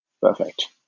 Perfect